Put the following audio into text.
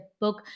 book